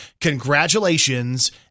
congratulations